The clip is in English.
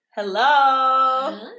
Hello